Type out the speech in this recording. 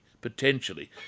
potentially